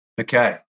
Okay